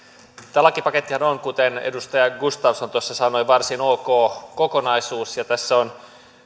tämä lakipakettihan on kuten edustaja gustafsson tuossa sanoi varsin ok kokonaisuus ja tässä on